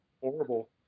horrible